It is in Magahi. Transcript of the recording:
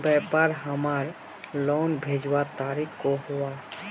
व्यापार हमार लोन भेजुआ तारीख को हुआ?